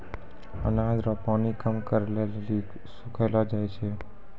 अनाज रो पानी कम करै लेली सुखैलो जाय छै